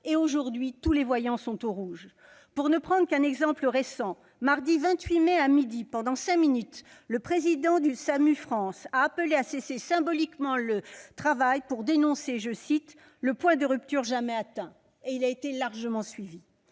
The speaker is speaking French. Aujourd'hui, tous les voyants sont au rouge. Pour ne prendre qu'un exemple récent, mardi 28 mai, à midi, pendant cinq minutes, le président de Samu-France a appelé à cesser symboliquement le travail pour dénoncer « le point de rupture jamais atteint ». Et il a été largement suivi.